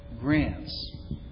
grants